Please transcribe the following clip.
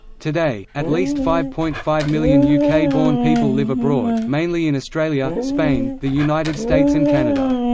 today, at least five point five million uk-born people live abroad, mainly in australia, spain, the united states and canada.